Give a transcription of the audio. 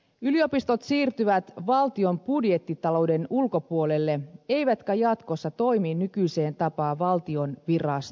yliopistot siirtyvät valtion budjettitalouden ulkopuolelle eivätkä jatkossa toimi nykyiseen tapaan valtion virastoina